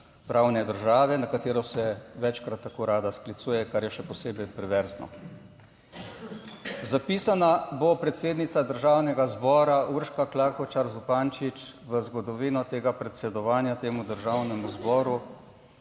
pravne države, na katero se večkrat tako rada sklicuje kar je še posebej perverzno. Zapisana bo predsednica Državnega zbora Urška Klakočar Zupančič v zgodovino tega predsedovanja temu Državnemu zboru